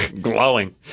Glowing